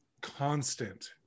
constant